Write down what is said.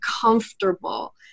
comfortable